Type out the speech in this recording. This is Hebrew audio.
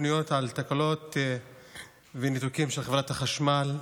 פניות על תקלות וניתוקים של חברת החשמל,